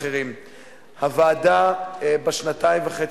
התקופה שבה אני כיהנתי כראש הוועדה לביקורת